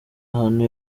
ahantu